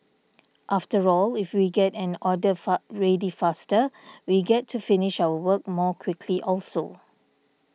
after all if we get an order fast ready faster we get to finish our work more quickly also